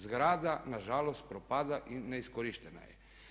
Zgrada nažalost propada i neiskorištena je.